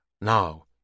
Now